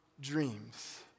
dreams